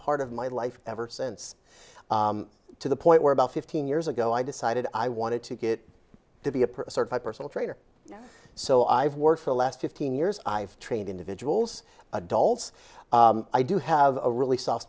part of my life ever since to the point where about fifteen years ago i decided i wanted to get to be a personal trainer so i've worked for the last fifteen years i've trained individuals adults i do have a really soft